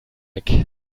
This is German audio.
weg